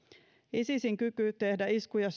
isisin kyky tehdä iskuja